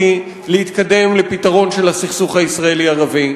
להתקדם לפתרון של הסכסוך הישראלי ערבי.